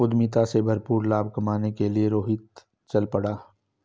उद्यमिता से भरपूर लाभ कमाने के लिए रोहित चल पड़ा